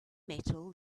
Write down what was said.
metal